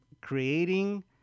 creating